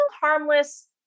harmless